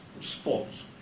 sports